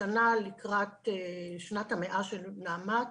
השנה, לקראת שנת ה-100 של נעמ"ת